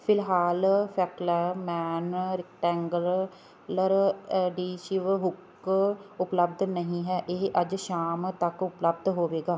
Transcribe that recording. ਫਿਲਹਾਲ ਫੈਕਲਾਮੈਨ rectangular adhesive hook ਉਪਲੱਬਧ ਨਹੀਂ ਹੈ ਇਹ ਅੱਜ ਸ਼ਾਮ ਤੱਕ ਉਪਲੱਬਧ ਹੋਵੇਗਾ